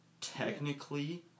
Technically